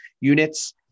units